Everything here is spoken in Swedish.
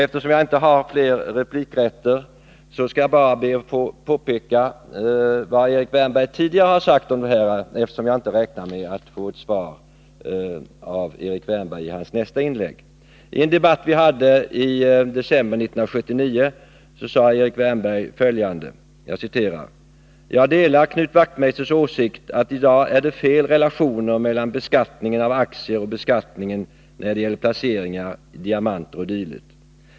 Eftersom jag inte har rätt till fler repliker och inte räknar med att få något svar av Erik Wärnberg i hans nästa inlägg, ber jag att få påpeka vad han sade i en debatt här i december år 1979, nämligen: ”Jag delar Knut Wachtmeisters åsikt att i dag är det fel relationer mellan beskattningen av aktier och beskattningen när det gäller placeringar i diamanter o. d.